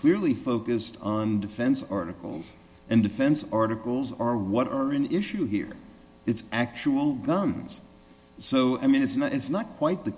clearly focused on defense articles and defense articles or what are an issue here it's actually guns so i mean it's not it's not quite the